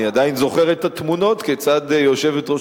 אני עדיין זוכר את התמונות כיצד יושבת-ראש